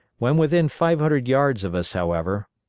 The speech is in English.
when within five hundred yards of us, however,